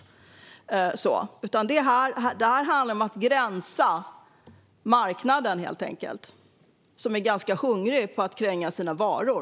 Det här handlar helt enkelt om att sätta upp gränser för marknaden. Marknaden är ganska hungrig på att kränga sina varor.